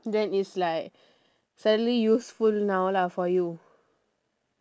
then it's like suddenly useful now lah for you